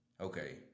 okay